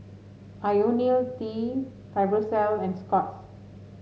IoniL T Fibrosol and Scott's